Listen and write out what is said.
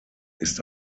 ist